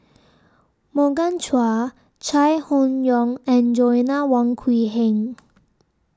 Morgan Chua Chai Hon Yoong and Joanna Wong Quee Heng